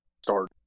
start